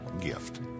gift